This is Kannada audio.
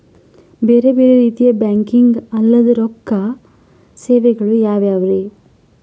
ಬೇರೆ ಬೇರೆ ರೀತಿಯ ಬ್ಯಾಂಕಿಂಗ್ ಅಲ್ಲದ ರೊಕ್ಕ ಸೇವೆಗಳು ಯಾವ್ಯಾವ್ರಿ?